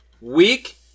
week